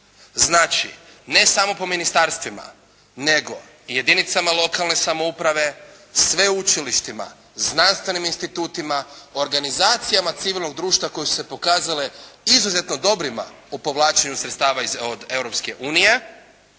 Znači, ne samo po ministarstvima nego i jedinicama lokalne samouprave, sveučilištima, znanstvenim institutima, organizacijama civilnog društva koje su se pokazale izuzetno dobrima u povlačenju sredstava od